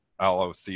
LOC